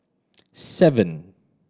seven